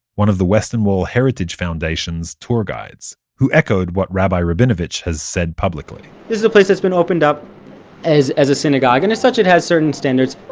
one of the western wall heritage foundation's tour guides, who echoed what rabbi rabinowitz has said publicly this is a place that's been opened up as as a synagogue and as such it has certain standards.